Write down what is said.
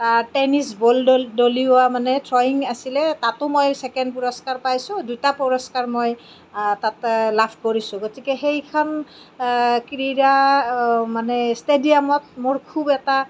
tennis ball দল দলিওৱা মানে থ্ৰ'ৱিং আছিলে তাতো মই ছেকেণ্ড পুৰস্কাৰ পাইছোঁ দুটা পুৰস্কাৰ মই তাত লাভ কৰিছোঁ গতিকে সেইখন ক্ৰীড়া মানে ষ্টেডিয়ামত মোৰ খুব এটা